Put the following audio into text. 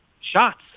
shots